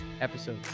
episode